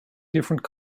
different